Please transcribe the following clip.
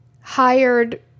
hired